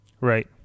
Right